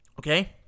Okay